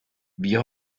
wie